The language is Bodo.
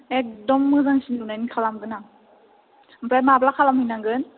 एगदम मोजांसिन नुनायनि खालामगोन आं आमफ्राइ माब्ला खालाम हैनांगोन